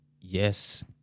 yes